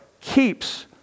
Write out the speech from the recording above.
keeps